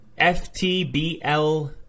Ftbl